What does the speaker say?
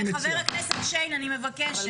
חבר הכנסת שיין, אני מבקשת.